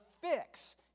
fix